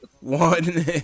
one